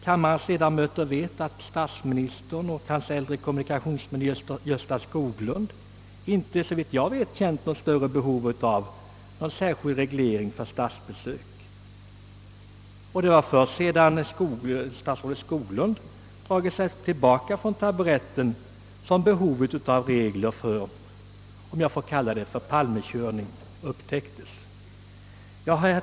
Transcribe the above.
Kammarens ledamöter vet att statsministern och även förre kommunikationsministern Gösta Skoglund tydligen inte känt något större behov av en särskild reglering av dessa förhållanden i samband med statsbesök, ty i så fall hade en dylik kungörelse utfärdats redan tidigare. Det var först sedan statsrådet Skoglund dragit sig tillbaka från taburetten som behovet av regler för, om jag får kalla det så, Palme-körning upptäcktes. Herr talman!